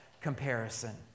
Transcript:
comparison